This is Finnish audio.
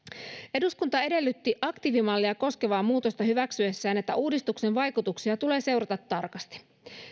eduskunta edellytti aktiivimallia koskevaa muutosta hyväksyessään että uudistuksen vaikutuksia tulee seurata tarkasti